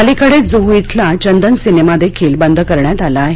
अलिकडेच जुहू इथला चंदन सिनेमा देखील बंद करण्यात आला आहे